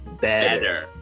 Better